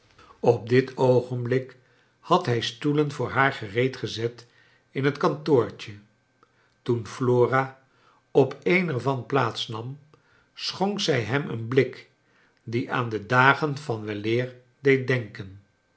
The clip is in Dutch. op dit oogenblik had hij stoelen voor haar gereed gezet in het kantoortje toen flora op een er van plaats nam schonk zij hem een blik die aan de dagen van we leer deed denken